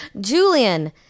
Julian